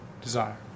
desire